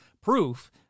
proof